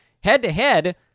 Head-to-head